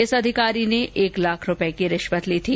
इस अधिकारी ने एक लाख रूपए की रिश्वत ली थी